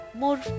more